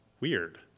weird